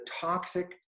toxic